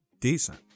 decent